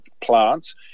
plants